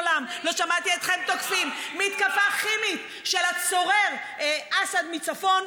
מעולם לא שמעתי אתכם תוקפים מתקפה כימית של הצורר אסד מצפון,